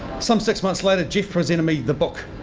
some six months later geoff presented me the book,